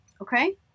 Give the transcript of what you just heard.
Okay